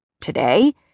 Today